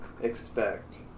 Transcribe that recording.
expect